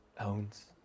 owns